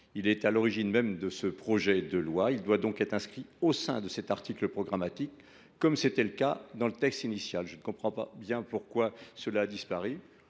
Il est à l’origine même de ce projet de loi. Il doit donc être inscrit au sein de cet article programmatique, comme c’était le cas dans la version initiale. Nous ne comprenons pas bien pourquoi une telle